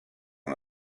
one